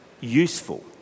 useful